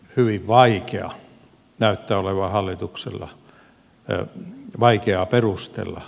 hyvin vaikeaa näyttää olevan hallitukselle perustella lapsilisäleikkausta